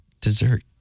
Dessert